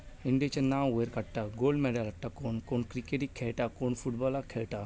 इंडियेंचे नांव वयर काडटात गोल्ड मॅडल हाडटा कोण क्रिकेटिक खेळटा कोण फुटबॉलाक खेळटा